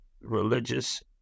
religious